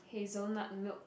hazelnut milk